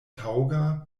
taŭga